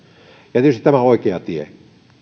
nähden tietysti tämä on oikea tie